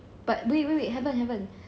but wait wait wait haven't haven't